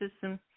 system